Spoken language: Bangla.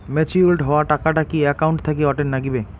ম্যাচিওরড হওয়া টাকাটা কি একাউন্ট থাকি অটের নাগিবে?